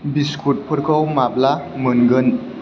बिस्कुटफोरखौ माब्ला मोनगोन